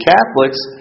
Catholics